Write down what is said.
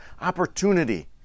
opportunity